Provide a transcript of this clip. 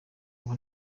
ubu